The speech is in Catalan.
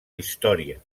història